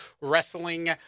wrestling